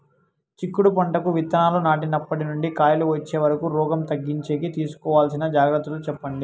చిక్కుడు పంటకు విత్తనాలు నాటినప్పటి నుండి కాయలు వచ్చే వరకు రోగం తగ్గించేకి తీసుకోవాల్సిన జాగ్రత్తలు చెప్పండి?